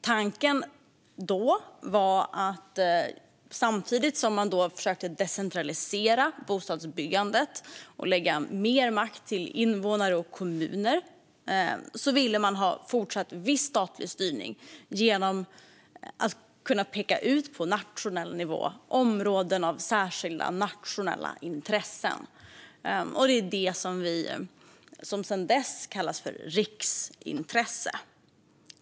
Tanken då var att man samtidigt som man försökte decentralisera bostadsbyggandet och lägga mer makt hos invånare och kommuner ville ha viss fortsatt statlig styrning genom att på nationell nivå kunna peka ut områden av särskilt nationellt intresse. Det är detta som sedan dess kallas för riksintresse.